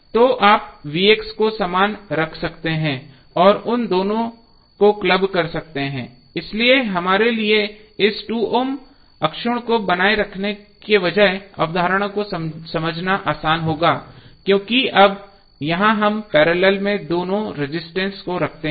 तो आप को समान रख सकते हैं और उन दोनों को क्लब कर सकते हैं इसलिए हमारे लिए इस 2 ओम अक्षुण्ण को बनाए रखने के बजाय अवधारणा को समझना आसान होगा क्योंकि अब यहाँ हम पैरेलल में दोनों रजिस्टेंस को रखते हैं